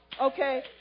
okay